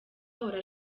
ahora